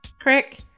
Crick